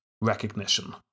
recognition